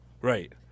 Right